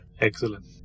Excellent